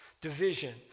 Division